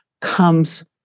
comes